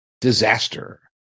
disaster